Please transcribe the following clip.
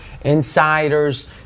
insiders